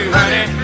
honey